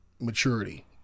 maturity